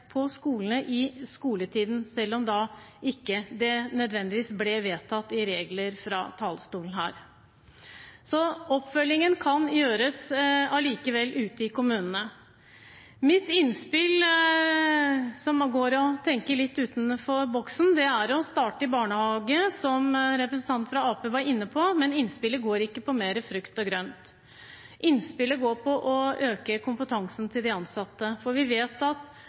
på skolene i skoletiden, selv om det ikke ble vedtatt som en regel fra talerstolen her. Så oppfølgingen kan gjøres allikevel ute i kommunene. Mitt innspill, som går på å tenke litt utenfor boksen, er å starte i barnehagen, som representanten fra Arbeiderpartiet var inne på. Men innspillet går ikke på mer frukt og grønt. Innspillet går på å øke kompetansen til de ansatte, for vi vet at